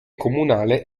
comunale